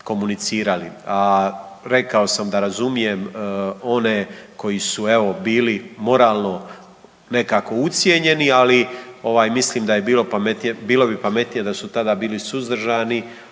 komunicirali. A rekao sam da razumijem one koji su evo bili moralno nekako ucijenjeni, ali ovaj mislim da je bilo pametnije, bilo bi pametnije da su tada bili suzdržani